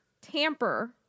tamper